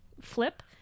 flip